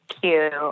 cute